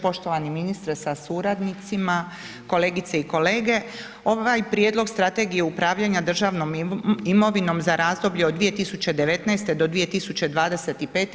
Poštovani ministre sa suradnicima, kolegice i kolege, ovaj Prijedlog Strategije upravljanje državnom imovinom za razdoblje od 2019. do 2025.